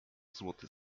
złoty